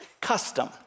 custom